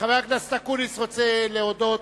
חבר הכנסת אקוניס רוצה להודות